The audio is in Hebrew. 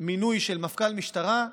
מינוי של מפכ"ל משטרה,